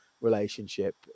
relationship